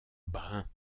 brun